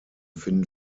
finden